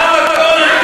לא, לא, לא.